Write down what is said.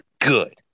good